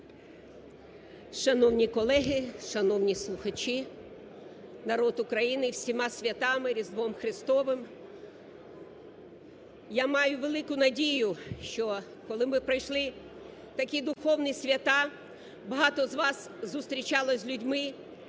Шановні колеги! Шановні слухачі, народ України! З усіма святами, Різдвом Христовим! Я маю велику надію, що коли ми пройшли такі духовні свята, багато з вас зустрічалось з людьми,